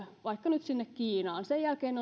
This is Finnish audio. vaikka nyt sinne kiinaan sen jälkeen